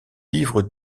livres